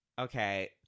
Okay